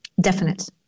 definite